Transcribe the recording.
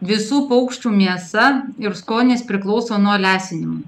visų paukščių mėsa ir skonis priklauso nuo lesinimo